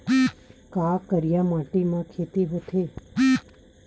का करिया माटी म खेती होथे?